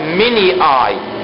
mini-I